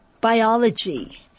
biology